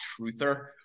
truther